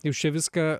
jūs čia viską